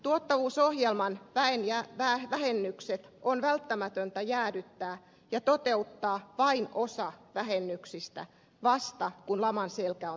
tuottavuusohjelman väenvähennykset on välttämätöntä jäädyttää ja toteuttaa vain osa vähennyksistä vasta kun laman selkä on taittunut